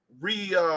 re